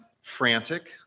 frantic